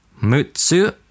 Mutsu